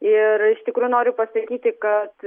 ir iš tikrųjų noriu pasakyti kad